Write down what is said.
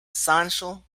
sancho